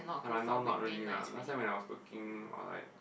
right now not really lah last time when I was working I'll like